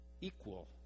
equal